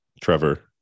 Trevor